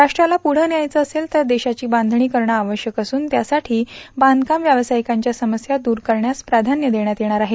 राष्ट्राला पुढे न्यायचं असेल ंतर देशाची बांधणी करणं आवश्यक असून त्यासाठी बांधकाम व्यावसायिकांच्या समस्या दूर करण्यास प्राधान्य देण्यात येणार आहे